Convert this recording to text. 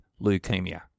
leukemia